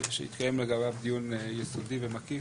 שהתקיים לגביו דיון יסודי ומקיף.